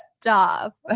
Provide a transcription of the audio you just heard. Stop